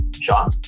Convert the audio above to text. Sean